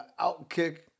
Outkick